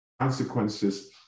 consequences